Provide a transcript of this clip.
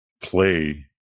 play